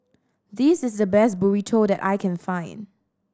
this is the best Burrito that I can find